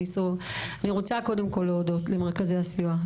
אני רוצה קודם כל להודות למרכזי הסיוע,